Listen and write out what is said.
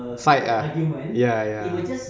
fight ah ya ya